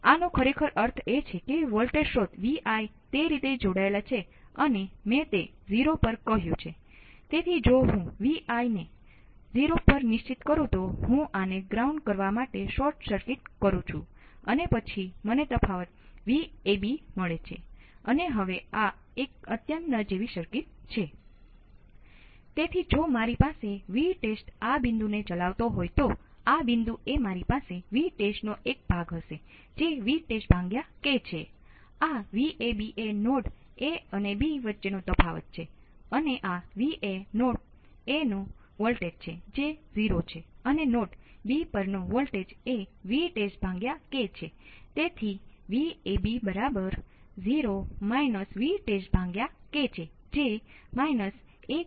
તેથી બહાર આવતા કુલ વિદ્યુત પ્રવાહમાં k ViRL પણ હશે અને તે ViR k × ViRL હશે અને આ 0 છે